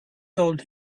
told